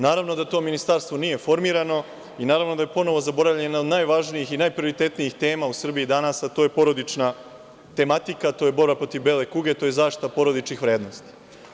Naravno da to ministarstvo nije formirano i naravno da je ponovo zaboravljena jedna od najvažnijih i najprioritetnijih tema u Srbiji danas, a to je porodična tematika, to je borba protiv bele kuge, to je zaštita porodičnih vrednosti.